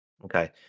Okay